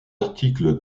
articles